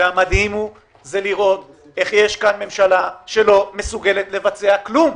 המדהים הוא לראות איך יש כאן ממשלה שלא מסוגלת לבצע כלום.